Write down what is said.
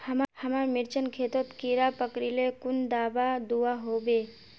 हमार मिर्चन खेतोत कीड़ा पकरिले कुन दाबा दुआहोबे?